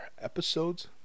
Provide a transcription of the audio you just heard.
episodes